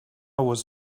was